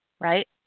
right